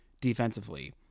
defensively